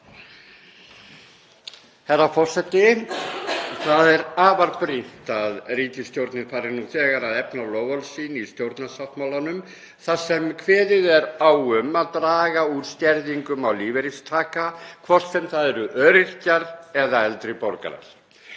Herra forseti. Það er afar brýnt að ríkisstjórnin fari nú þegar að efna loforð sín í stjórnarsáttmálanum þar sem kveðið er á um að draga úr skerðingum á lífeyristaka, hvort sem það eru öryrkjar eða eldri borgarar.